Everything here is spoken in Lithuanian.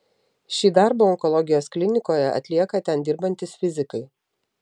šį darbą onkologijos klinikoje atlieka ten dirbantys fizikai